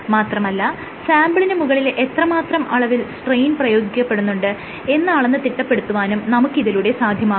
മാത്രമല്ല സാംപിളിന് മുകളിൽ എത്രമാത്രം അളവിൽ സ്ട്രെയിൻ പ്രയോഗിക്കപ്പെടുന്നുണ്ട് എന്ന് അളന്ന് തിട്ടപ്പെടുത്തുവാനും നമുക്ക് ഇതിലൂടെ സാധ്യമാകുന്നു